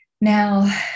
Now